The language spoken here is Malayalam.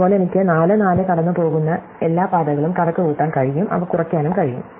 അതുപോലെ എനിക്ക് 44 കടന്നുപോകുന്ന എല്ലാ പാതകളും കണക്കുകൂട്ടാൻ കഴിയും അവ കുറയ്ക്കാനും കഴിയും